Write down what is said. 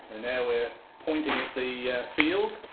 now we're pointing at the field.